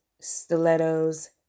stilettos